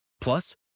Plus